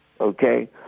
okay